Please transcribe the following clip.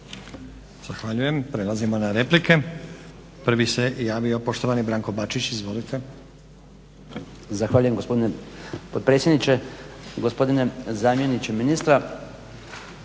Zahvaljujem. Prelazimo na replike. Prvi se javio poštovani Branko Bačić. Izvolite. **Bačić, Branko (HDZ)** Zahvaljujem gospodine potpredsjedniče. Gospodine zamjeniče ministra